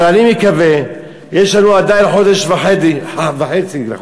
אבל אני מקווה, יש לנו עדיין חודש וחצי, נכון?